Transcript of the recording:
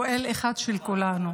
שהוא אל אחד של כולנו,